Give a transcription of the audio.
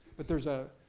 but there's a,